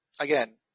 again